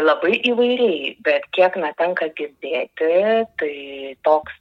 labai įvairiai bet kiek na tenka girdėti tai toks